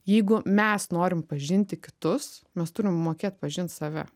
jeigu mes norim pažinti kitus mes turim mokėt pažint save